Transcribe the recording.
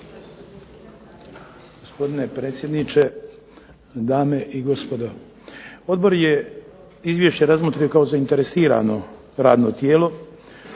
Gospodine predsjedniče, dame i gospodo. Odbor je izvješće razmotrio kao zainteresirano radno tijelo.